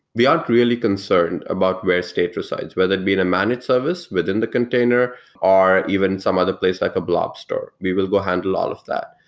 we aren't clearly concerned about where state resides. whether it'd be and a managed service within the container or even some other place like a blobster. we will go handle all of that.